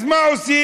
אז מה עושים?